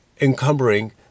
encumbering